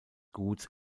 guts